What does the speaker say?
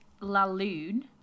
Laloon